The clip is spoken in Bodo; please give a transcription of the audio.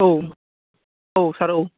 औ औ सार औ